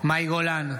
מאי גולן,